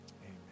amen